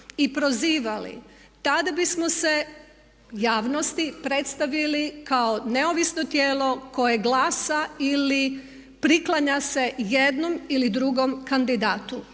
i prozivali tada bismo se javnosti predstavili kao neovisno tijelo koje glasa ili priklanja se jednom ili drugom kandidatu.